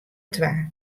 twa